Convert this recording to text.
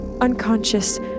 unconscious